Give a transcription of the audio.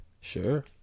sure